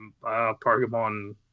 Pokemon